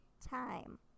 time